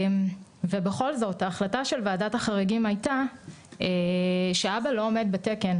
בכל זאת ההחלטה של וועדת החריגים הייתה שאבא לא עומד בתקן.